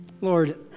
Lord